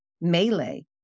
melee